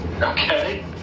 Okay